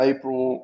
April